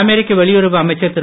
அமெரிக்க வெளியுறவு அமைச்சர் திரு